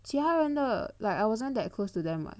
其他人的 like I wasn't that close to them [what]